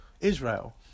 Israel